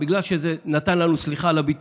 זה תהליך שיכול לעבור